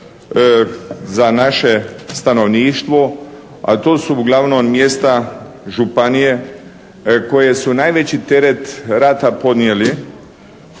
za naše stanovništvo, ali to su uglavnom mjesta županije koje su najveći teret rata podnijeli,